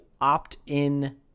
opt-in